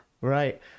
Right